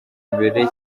mbere